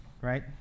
right